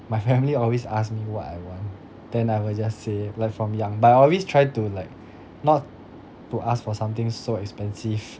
my family always asked me what I want then I will just say like from young but I always try to like not to ask for something so expensive